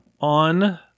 on